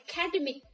academic